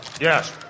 Yes